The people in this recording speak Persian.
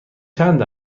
چند